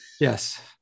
Yes